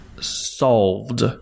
solved